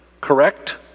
correct